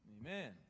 amen